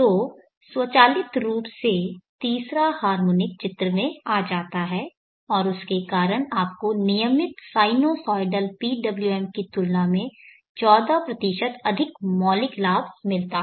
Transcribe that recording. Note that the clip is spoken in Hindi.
तो स्वचालित रूप से तीसरा हार्मोनिक चित्र में आ जाता है और उसके कारण आपको नियमित साइनुसॉइडल PWM की तुलना में 14 अधिक मौलिक लाभ मिलता है